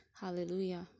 hallelujah